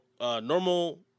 normal